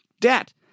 debt